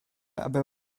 aby